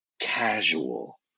casual